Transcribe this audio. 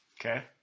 Okay